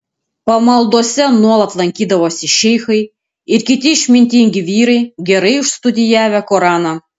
pamaldose nuolat lankydavosi šeichai ir kiti išmintingi vyrai gerai išstudijavę koraną